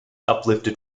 uplifted